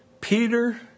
Peter